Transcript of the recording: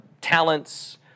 talents